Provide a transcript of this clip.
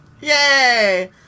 Yay